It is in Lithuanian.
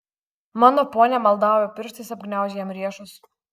mano pone maldauju pirštais apgniaužė jam riešus